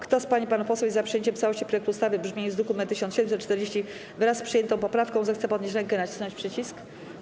Kto z pań i panów posłów jest za przyjęciem w całości projektu ustawy w brzmieniu z druku nr 1740, wraz z przyjętą poprawką, zechce podnieść rękę i nacisnąć przycisk.